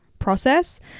Process